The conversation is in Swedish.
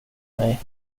mig